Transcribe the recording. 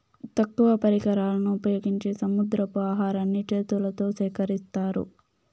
తక్కువ పరికరాలను ఉపయోగించి సముద్రపు ఆహారాన్ని చేతులతో సేకరిత్తారు